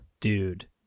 dude